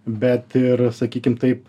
bet ir sakykim taip